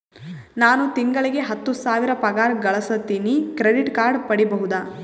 ನಾನು ತಿಂಗಳಿಗೆ ಹತ್ತು ಸಾವಿರ ಪಗಾರ ಗಳಸತಿನಿ ಕ್ರೆಡಿಟ್ ಕಾರ್ಡ್ ಪಡಿಬಹುದಾ?